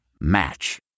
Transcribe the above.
Match